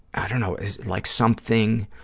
i don't know, it was like something,